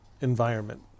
environment